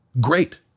great